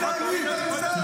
לפלסטינים יש מחבלים.